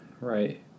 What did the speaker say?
right